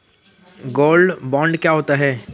Gold bond क्या होता है?